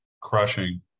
Crushing